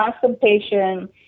Constipation